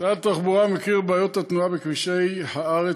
משרד התחבורה מכיר בבעיות התנועה בכבישי הארץ